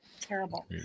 Terrible